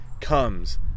comes